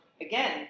again